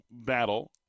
battle